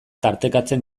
tartekatzen